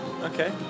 okay